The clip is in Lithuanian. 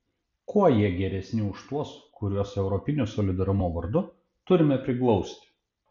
kuo jie geresni už tuos kuriuos europinio solidarumo vardu turime priglausti